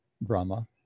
Brahma